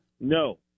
No